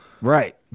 Right